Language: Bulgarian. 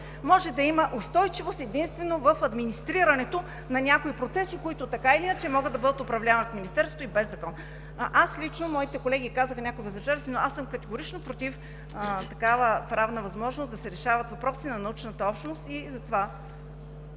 Може да има устойчивост единствено в администрирането на някои процеси, които така или иначе, могат да бъдат управлявани от Министерството и без закон. Моите колеги казаха, че ще се въздържат, но аз лично съм категорично против с такава правна възможност да се решават въпроси на научната общност и затова